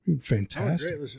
Fantastic